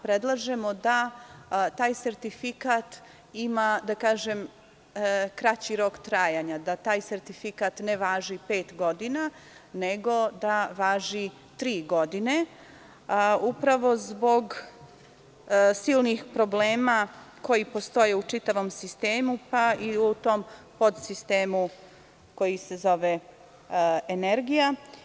Predlažemo da taj sertifikat ima kraći rok trajanja, da ne važi pet godina, nego da važi tri godine, upravo zbog silnih problema koji postoje u čitavom sistemu, pa i u tom podsistemu koji se zove energija.